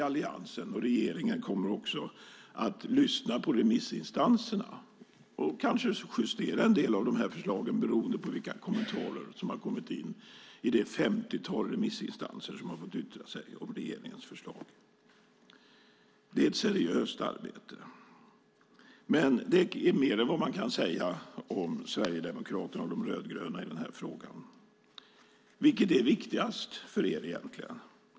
Alliansen och regeringen kommer naturligtvis att lyssna på remissinstanserna och kanske justera en del av dessa förslag beroende på vilka kommentarer som har kommit in från det femtiotal remissinstanser som har fått yttra sig om regeringens förslag. Det är ett seriöst arbete. Det är mer än vad man kan säga om Sverigedemokraterna och de rödgröna i denna fråga. Vilket är viktigast för er egentligen?